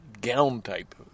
gown-type